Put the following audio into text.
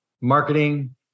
marketing